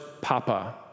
papa